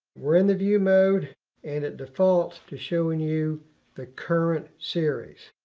we're in the view mode and it defaults to showing you the current series.